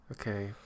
Okay